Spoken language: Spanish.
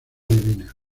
divina